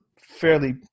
fairly